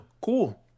Cool